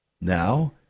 Now